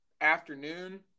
Afternoon